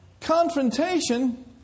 confrontation